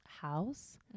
house